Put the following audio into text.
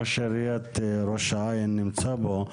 ראש עיריית ראש העין נמצא פה,